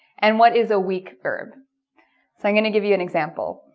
and what is a week herb so i'm going to give you an example